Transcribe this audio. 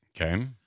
Okay